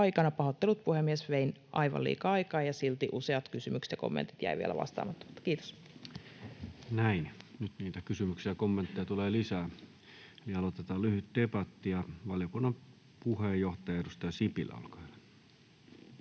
Pahoittelut, puhemies, vein aivan liikaa aikaa, ja silti useat kysymykset ja kommentit jäivät vielä vastaamatta. — Kiitos. Näin. — Nyt niitä kysymyksiä ja kommentteja tulee lisää. Aloitetaan lyhyt debatti. — Valiokunnan puheenjohtaja, edustaja Sipilä, olkaa hyvä.